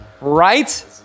right